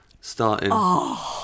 starting